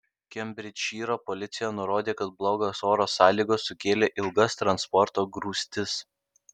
kembridžšyro policija nurodė kad blogos oro sąlygos sukėlė ilgas transporto grūstis